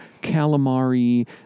calamari